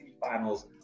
finals